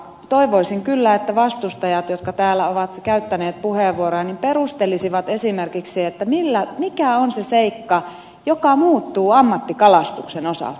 toivoisin kyllä että vastustajat jotka täällä ovat käyttäneet puheenvuoroja perustelisivat esimerkiksi sen mikä on se seikka joka muuttuu ammattikalastuksen osalta